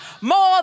more